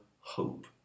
hope